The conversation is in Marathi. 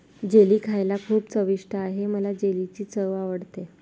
जेली खायला खूप चविष्ट आहे मला जेलीची चव आवडते